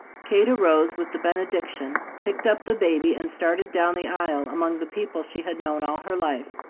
kate arose with the benediction, picked up the baby, and started down the aisle among the people she had known all her life.